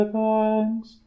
thanks